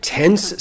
tense